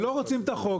אתם לא רוצים את החוק,